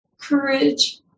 courage